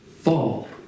fall